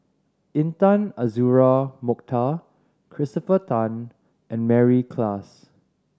Intan Azura Mokhtar Christopher Tan and Mary Klass